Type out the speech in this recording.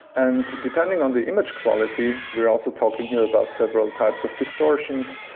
and depending on the image quality, we're also talking here about several types of distortions,